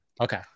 Okay